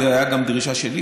זו הייתה גם דרישה שלי,